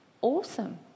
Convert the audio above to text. awesome